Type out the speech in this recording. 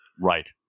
Right